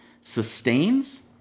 sustains